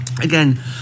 again